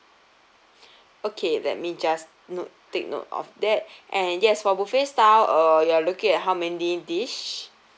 okay let me just note take note of that and yes for buffet style uh you're looking at how many dish